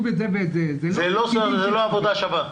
זאת לא עבודה שווה.